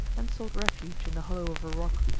and sought refuge in the hollow of a rock.